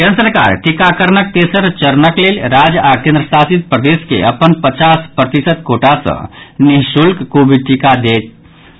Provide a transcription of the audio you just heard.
केन्द्र सरकार टीकाकरणक तेसर चरणक लेल राज्य आओर केन्द्र शासित प्रदेश के अपन पचास प्रतिशत कोटा सँ निःशुल्क कोविड टीका दैत रहत